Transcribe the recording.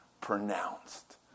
pronounced